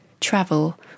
travel